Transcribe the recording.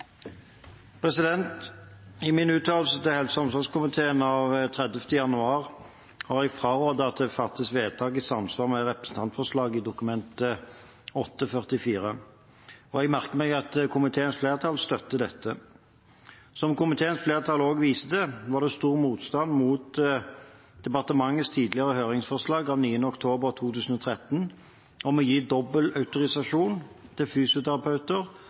I min uttalelse til helse- og omsorgskomiteen av 30. januar har jeg frarådet at det fattes vedtak i samsvar med representantforslaget i Dokument 8:44 S for 2014–2015. Jeg merker meg at komiteens flertall støtter dette. Som komiteens flertall også viser til, var det stor motstand mot departementets tidligere høringsforslag av 9. oktober 2013 om å gi dobbeltautorisasjon til